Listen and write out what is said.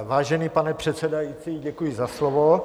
Vážený pane předsedající, děkuji za slovo.